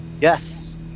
Yes